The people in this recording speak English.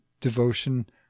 devotion